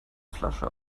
flasche